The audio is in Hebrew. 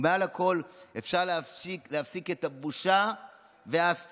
ומעל הכול, אפשר להפסיק את הבושה וההסתרה.